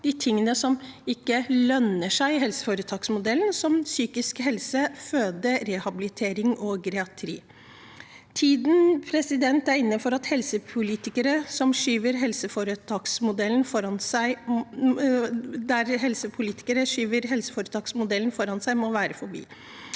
de tingene som ikke lønner seg i helseforetaksmodellen, som psykisk helse, føde, rehabilitering og geriatri. Tiden der helsepolitikere skyver helseforetaksmodellen foran seg, må være forbi.